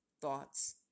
thoughts